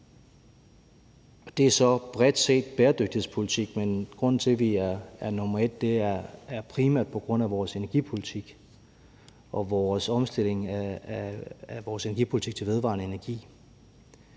det er så bredt set bæredygtighedspolitik. Grunden til, at vi er nr. 1, er primært vores energipolitik og vores omstilling af vores energi til vedvarende energi.